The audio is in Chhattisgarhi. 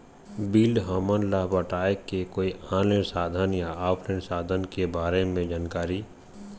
बिल हमन ला पटाए के कोई ऑनलाइन साधन या ऑफलाइन साधन के बारे मे जानकारी?